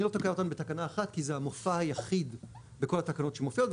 אני לא אתקנן אותם בתקנה 1 כי זה המופע היחיד בכל התקנות שמופיעות,